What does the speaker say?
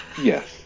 yes